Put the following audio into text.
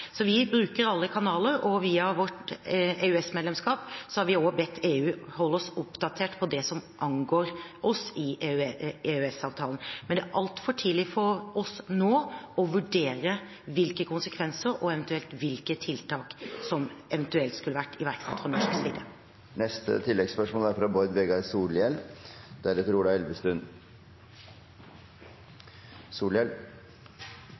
Så vi bruker alle kanaler, og via vårt EØS-medlemskap har vi også bedt EU holde oss oppdatert på det som angår oss i EØS-avtalen. Men det er altfor tidlig for oss nå å vurdere konsekvensene og eventuelt hvilke tiltak som skulle vært iverksatt.